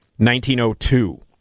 1902